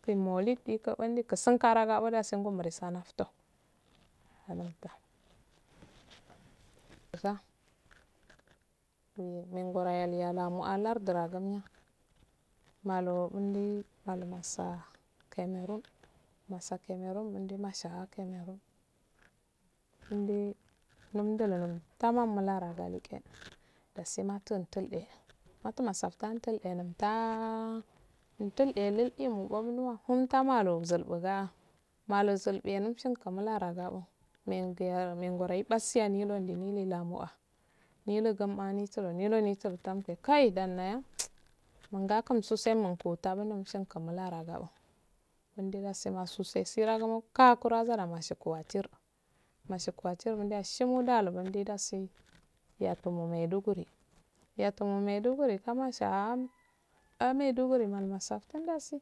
Kin maullid di kubudin kasun karasada dasi ngumuni snftu mengoro yangol yalardu ahggum malu mandi massah kameru massah kalmeroon undumasha kalnerron umdu umdulo tama mularekke dasi matu tiildde masu mattal dildte multtahh imtillidde masu mattal dilde multtah umtilldde loidi umduwa umtamalo zulumbuga malu zulbuwe umghingu mularo gaoh megu megu ibasiyoh yamilu milu lamaowa milu gum asuro milu mitor tam kai ndanaya umgakusemso din tagu um umshingu mula raga oh munda dasi mashusse tsure gu mukka gu shiro wattir mashingu wattir dasi mundilalu dashi yatum maidiguro yatumo ma dugim ekama shawa maiduguri molu mosafttum dasi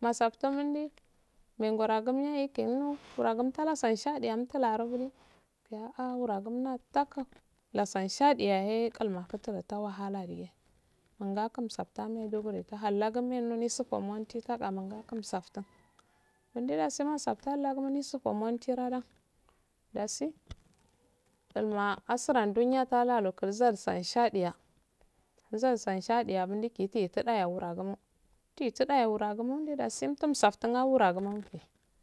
gi mengaragun ehk un waragun imtula shade imdularagulum biya ah wargum ttah lassan shadey yahey kulmatukemeh da wahalayeh nuhssa nisafttan maiduguri da hallagu mensufo monti daga mulftun saftun monde mosaftun halagu musuffo awndidoh dasi ulwa asra dunya talaha izal sani shedeya izal ilsani shadeya multeyesu chideyengumo ndamhu chide yangumo dasi umttu saftun awero gumo